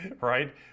right